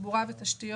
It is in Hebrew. תחבורה ותשתיות,